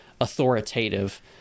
authoritative